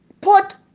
put